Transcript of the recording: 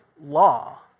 law